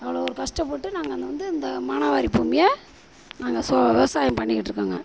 அவ்வளோ ஒரு கஷ்டப்பட்டு நாங்கள் அங்கே வந்து இந்த மானாவாரி பூமியை நாங்கள் சொ விவசாயம் பண்ணிக்கிட்டு இருக்கோங்க